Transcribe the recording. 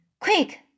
Quick